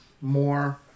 more